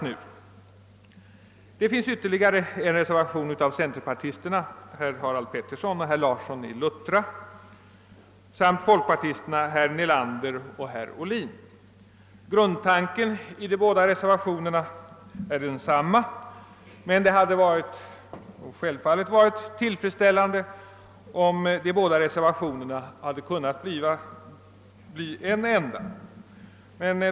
Det finns i utskottsutlåtandet ytterligare en reservation, nämligen av centerpartisterna herr Harald Pettersson och herr Larsson i Luttra samt folkpartisterna herr Nelander och herr Ohlin. Grundtanken där är densamma som i reservation 1 men det hade självfallet varit tillfredsställande om de båda reservationerna hade kunnat bli en enda.